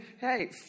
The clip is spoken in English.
Hey